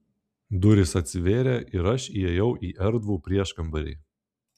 durys atsivėrė ir aš įėjau į erdvų prieškambarį